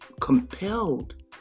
compelled